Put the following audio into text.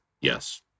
yes